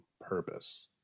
purpose